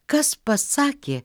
kas pasakė